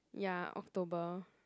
ya October